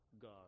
God